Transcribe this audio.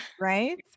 right